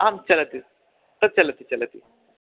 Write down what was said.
आं चलति तत् चलति चलति